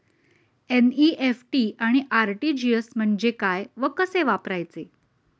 NEFT आणि RTGS म्हणजे काय व कसे वापरायचे?